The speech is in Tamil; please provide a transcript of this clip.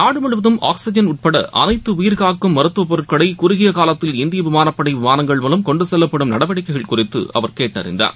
நாடுமுவதும் ஆக்ஸிஜன் உட்படஅனைத்துஉயிர்காக்கும் மருத்துவப் பொருட்களைகுறுகியகாலத்தில் இந்தியவிமானப்படைவிமானங்கள் மூலம் கொண்டுசெல்லப்படும் நடவடிக்கைகள் குறித்துஅவர் கேட்டறிந்தார்